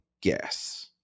guess